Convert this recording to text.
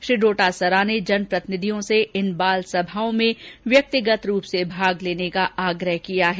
श्री डोटासरा ने जनप्रतिनिधियों से इन बालसभाओं में व्यक्तिगत रूप से भाग लेने का आग्रह किया है